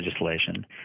legislation